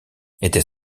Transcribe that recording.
était